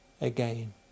again